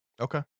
Okay